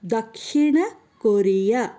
Dakshina Korea